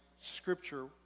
scripture